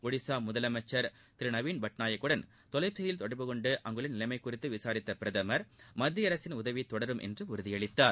ஒடிசா முதலமைச்சர் திரு நவீன் பட்நாயக்குடன் தொலைபேசியில் தொடர்பு கொண்டு அங்குள்ள நிலைமை குறித்து விசாரித்த பிரதமர் மத்திய அரசின் உதவி தொடரும் என்று உறுதியளித்தார்